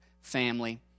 family